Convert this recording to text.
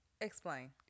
Explain